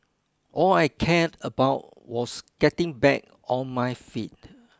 all I cared about was getting back on my feet